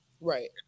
Right